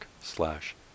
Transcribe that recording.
slash